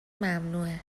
ممنوعه